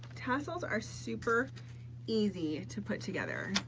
tassels are super easy to put together,